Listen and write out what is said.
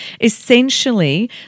Essentially